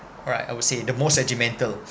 right I would say the most regimental